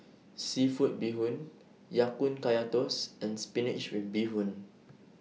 Seafood Bee Hoon Ya Kun Kaya Toast and Spinach with Mushroom